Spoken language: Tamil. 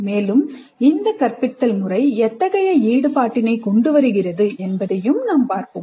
மேலும் இந்த கற்பித்தல் முறை எத்தகைய செயல்திறனை கொண்டு வருகிறது என்பதையும் நாம் பார்ப்போம்